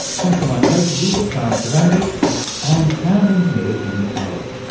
thanks to my co-producer karin so zsivanovits and sound engineer peter mcmurray.